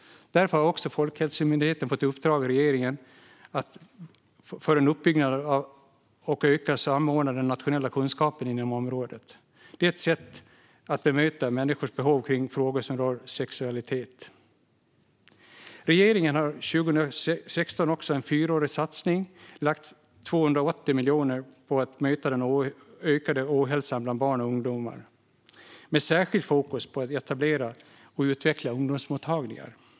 Därför har också Folkhälsomyndigheten fått i uppdrag av regeringen att verka för kunskapsuppbyggnad och nationell samordning inom området. Det är ett sätt att bemöta människors behov i frågor som rör sexualitet. Regeringen lade under 2016 i en fyraårig satsning 280 miljoner kronor på att möta den ökande ohälsan bland barn och ungdomar. Det skulle vara särskilt fokus på att etablera och utveckla ungdomsmottagningar.